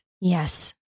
Yes